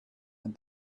and